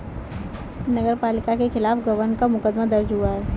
नगर पालिका के खिलाफ गबन का मुकदमा दर्ज हुआ है